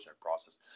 process